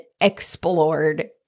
explored